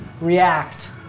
react